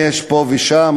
יש פה ושם,